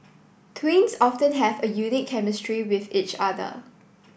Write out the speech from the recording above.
twins often have a unique chemistry with each other